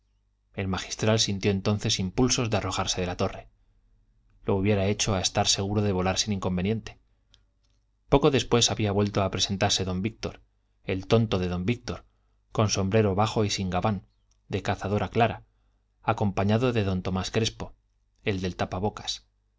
el magistral sintió entonces impulsos de arrojarse de la torre lo hubiera hecho a estar seguro de volar sin inconveniente poco después había vuelto a presentarse don víctor el tonto de don víctor con sombrero bajo y sin gabán de cazadora clara acompañado de don tomás crespo el del tapabocas